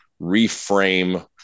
reframe